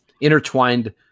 intertwined